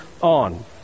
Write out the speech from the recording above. on